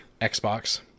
Xbox